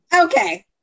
Okay